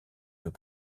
peut